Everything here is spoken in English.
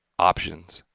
options,